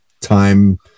time